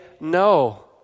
no